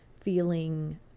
feeling